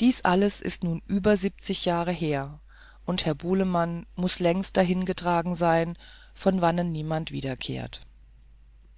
dies alles ist nun über siebzig jahre her und herr bulemann muß längst dahin getragen sein von wannen niemand wiederkehrt